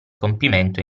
compimento